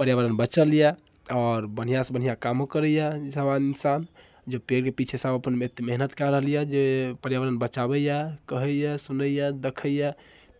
पर्यावरण बचल यऽ आओर बढ़िआँसँ बढ़िआँ कामो करैए सब इन्सान जे पेड़के पिछे सब अपन एतेक मेहनत कऽ रहल यऽ जे पर्यावरण बचाबैए कहैए सुनैए देखैए